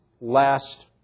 last